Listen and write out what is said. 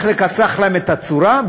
לכסח להם את הצורה,